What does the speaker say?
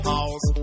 House